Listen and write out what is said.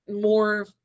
more